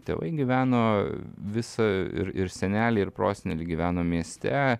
tėvai gyveno visą ir ir seneliai ir proseneliai gyveno mieste